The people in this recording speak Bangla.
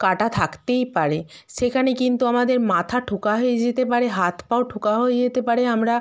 কাটা থাকতেই পারে সেখানে কিন্তু আমাদের মাথা ঠোকা হয়ে যেতে পারে হাত পাও ঠোকা হয়ে যেতে পারে আমরা